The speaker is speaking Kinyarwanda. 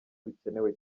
bikenewe